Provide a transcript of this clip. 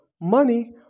money